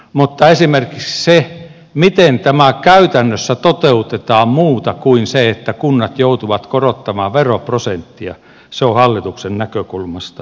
mutta esimerkiksi se miten tämä käytännössä toteutetaan muuta kuin niin että kunnat joutuvat korottamaan veroprosenttia on hallituksen näkökulmasta totaalisesti auki